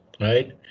right